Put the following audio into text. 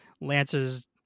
Lance's